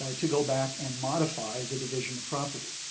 ah to go back and modify the division of property.